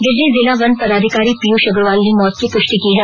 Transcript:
गिरिडीह जिला वन पदाधिकारी पीयूष अग्रवाल ने मौत की पुष्टि की है